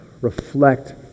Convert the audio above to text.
reflect